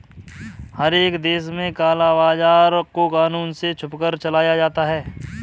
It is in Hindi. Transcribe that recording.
हर एक देश में काला बाजार को कानून से छुपकर चलाया जाता है